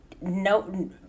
no